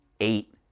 eight